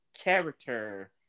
Character